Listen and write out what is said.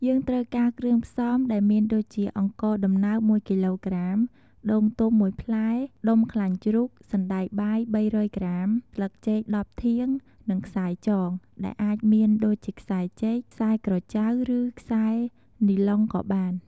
យើងត្រូវការគ្រឿងផ្សំដែលមានដូចជា អង្ករដំណើប១គីឡូក្រាម ដូងទុំមួយផ្លែ ដុំខ្លាញ់ជ្រូក សណ្ដែកបាយ ៣០០ក្រាម ស្លឹកចេក ១០ធាង និងខ្សែចង ដែលអាចមានដូចជាខ្សែចេក ខ្សែក្រចៅ ឬខ្សែនីឡុងក៏បាន។